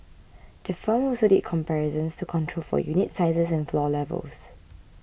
the firm also did comparisons to control for unit sizes and floor levels